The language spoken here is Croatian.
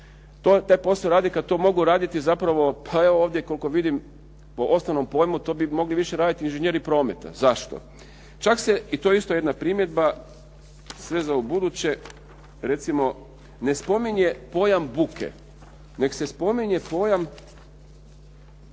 taj posao rade kad to mogu raditi zapravo, pa evo ovdje koliko vidim po osnovnom pojmu, to bi mogli više raditi inženjeri prometa. Zašto? Čak se, i to je isto jedna primjedba, sve za ubuduće, recimo ne spominje pojam buke, nego se spominje pojam